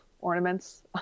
ornaments